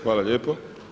Hvala lijepo.